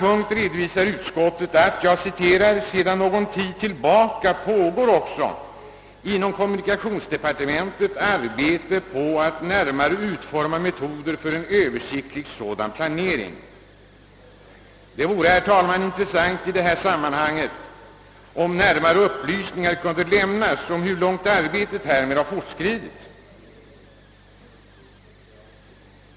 Utskottet skriver: »Sedan någon tid tillbaka pågår också inom kommunikationsdepartementet arbete på att närmare utforma metoder för en översiktlig sådan planering.» Det vore, herr talman, intressant om närmare upplysningar kunde lämnas om hur långt arbetet härmed fortskridit.